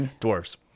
dwarves